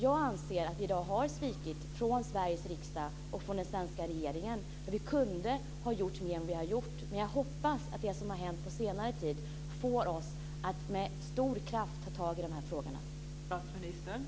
Jag anser att Sveriges riksdag och den svenska regeringen har svikit och att vi kunde ha gjort mer än som har gjorts, men jag hoppas att det som har hänt på senare tid får oss att med stor kraft ta tag i de här frågorna.